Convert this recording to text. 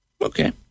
Okay